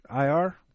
IR